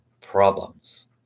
problems